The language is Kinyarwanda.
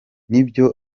nibyo